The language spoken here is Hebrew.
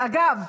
אגב,